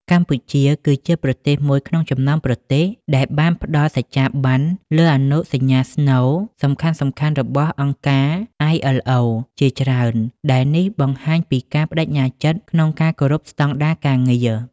កម្ពុជាគឺជាប្រទេសមួយក្នុងចំណោមប្រទេសដែលបានផ្តល់សច្ចាប័នលើអនុសញ្ញាស្នូលសំខាន់ៗរបស់អង្គការ ILO ជាច្រើន ដែលនេះបង្ហាញពីការប្តេជ្ញាចិត្តក្នុងការគោរពស្តង់ដារការងារ។